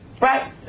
Right